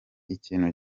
ikintu